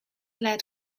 lead